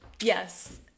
Yes